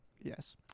Yes